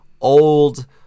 old